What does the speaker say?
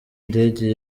ndege